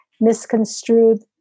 misconstrued